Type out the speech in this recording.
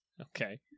Okay